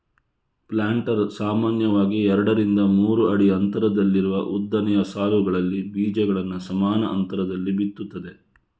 planter ಸಾಮಾನ್ಯವಾಗಿ ಎರಡರಿಂದ ಮೂರು ಅಡಿ ಅಂತರದಲ್ಲಿರುವ ಉದ್ದನೆಯ ಸಾಲುಗಳಲ್ಲಿ ಬೀಜಗಳನ್ನ ಸಮಾನ ಅಂತರದಲ್ಲಿ ಬಿತ್ತುತ್ತದೆ